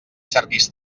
cerquis